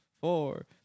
four